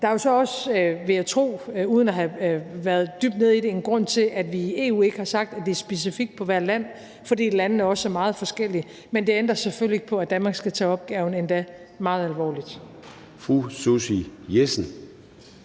Der er jo så også, vil jeg tro – uden at have været dybt nede i det – en grund til, at vi i EU ikke har sagt, at det er specifikt for hvert land, fordi landene også er meget forskellige. Men det ændrer selvfølgelig ikke på, at Danmark skal tage opgaven endda meget alvorligt.